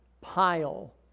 pile